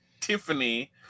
Tiffany